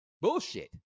Bullshit